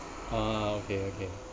ah okay okay